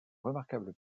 remarquable